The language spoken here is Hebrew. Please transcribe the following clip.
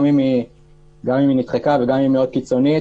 גם היא נדחקה וגם אם היא מאוד קיצונית,